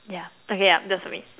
ya okay ya that's for me